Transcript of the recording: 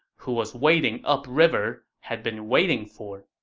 who was waiting up river, had been waiting for.